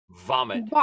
vomit